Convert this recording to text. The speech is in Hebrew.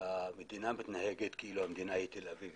שהמדינה מתנהגת כאילו המדינה היא תל אביב,